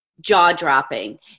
jaw-dropping